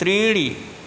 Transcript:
त्रीणि